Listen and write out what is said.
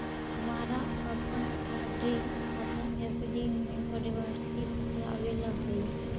हमारा अपन आर.डी खाता एफ.डी में परिवर्तित करवावे ला हई